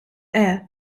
air